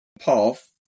path